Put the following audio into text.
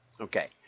Okay